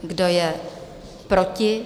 Kdo je proti?